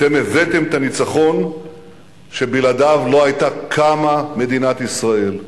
אתם הבאתם את הניצחון שבלעדיו לא היתה קמה מדינת ישראל,